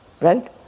Right